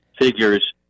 figures